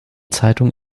zeitung